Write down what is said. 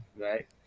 Right